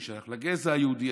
אני שייך לגזע היהודי.